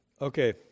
Okay